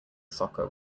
soccer